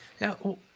Now